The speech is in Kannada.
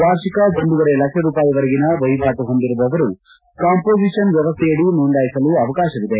ವಾರ್ಷಿಕ ಒಂದೂವರೆ ಲಕ್ಷ ರೂಪಾಯಿವರೆಗಿನ ವಹವಾಟು ಹೊಂದಿರುವವರು ಕಾಂಪೊಸಿಷನ್ ವ್ಯವಸ್ಥೆಯಡಿ ನೋಂದಾಯಿಸಲು ಅವಕಾಶವಿದೆ